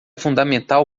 fundamental